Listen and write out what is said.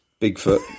Bigfoot